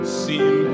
seem